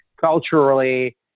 culturally